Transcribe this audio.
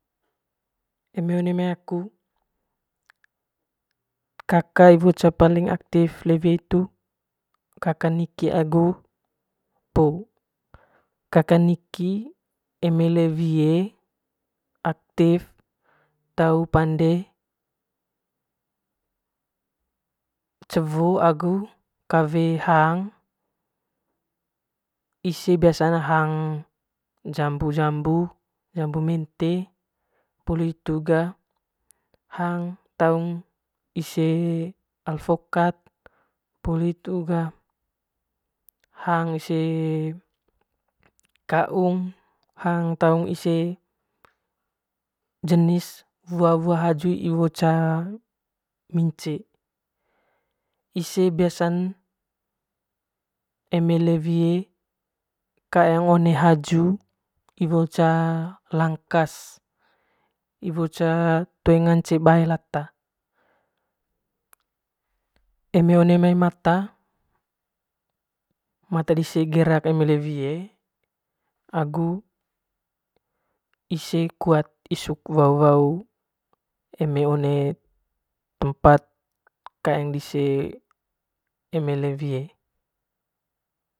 Eme one maik aku kaka ce paling aktif le wie hitu kaka niki agu po, kaka niki eme le wie aktif tau pande cewo agu kawe hang ise biasa hang jambu jambu jambu mente poli hitu ga hang taung ise alfokat poli hitu ga hang taung ise kau; ung agu hang taung ise jenis wua haju agu iwo ca mince ise biasan eme le wie kaeng one haju iwo ca langkas iwo ca toe ngance bae lata eme one mai mata mata dise gerak eme le wie agu ise kuat isuk wau wau eme one tempat kaeng dise eme le wie.